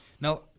Now